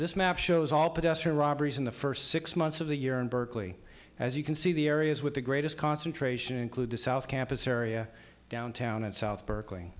pedestrian robberies in the first six months of the year in berkeley as you can see the areas with the greatest concentration include the south campus area downtown and south berkeley